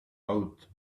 out